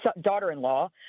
daughter-in-law